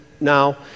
now